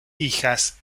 hijas